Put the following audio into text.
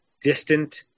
distant